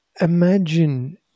imagine